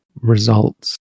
results